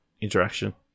interaction